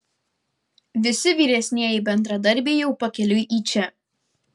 visi vyresnieji bendradarbiai jau pakeliui į čia